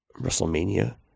WrestleMania